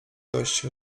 dość